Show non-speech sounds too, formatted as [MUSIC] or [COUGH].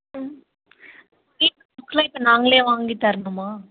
ம் [UNINTELLIGIBLE] ஆக்ச்சுலாக இப்போ நாங்கள் வாங்கித் தரணுமா